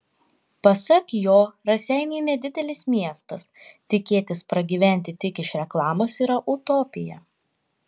pasak jo raseiniai nedidelis miestas tikėtis pragyventi tik iš reklamos yra utopija